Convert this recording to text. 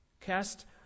Cast